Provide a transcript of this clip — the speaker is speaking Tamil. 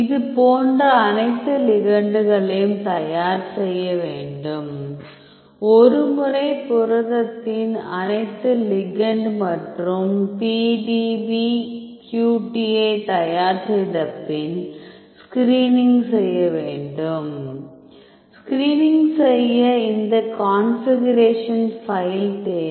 இதுபோன்று அனைத்து லிகெண்ட்களையும் தயார் செய்ய வேண்டும் ஒருமுறை புரதத்தின் அனைத்து லிகெண்ட் மற்றும் PDBQT ஐ தயார் செய்த பின் ஸ்கிரீனிங் செய்ய வேண்டும் ஸ்கிரீனிங் செய்ய இந்த கான்பிகுரேஷன் ஃபைல் தேவை